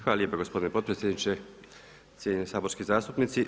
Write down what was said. Hvala lijepo gospodine potpredsjedniče, cijenjeni saborski zastupnici.